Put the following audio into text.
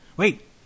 Wait